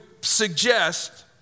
suggest